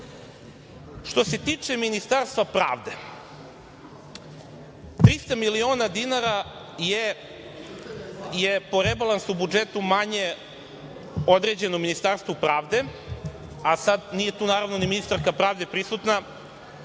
se tiče Ministarstva pravde, 300 miliona dinara je po rebalansu budžeta manje određeno Ministarstvu pravde, a sada nije tu ministarka pravde prisutna